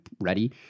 ready